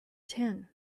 ten